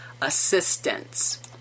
assistance